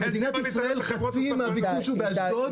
במדינת ישראל חצי מהביקוש הוא באשדוד,